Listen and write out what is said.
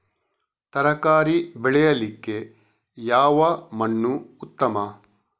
ತರಕಾರಿ ಬೆಳೆಯಲಿಕ್ಕೆ ಯಾವ ಮಣ್ಣು ಉತ್ತಮ?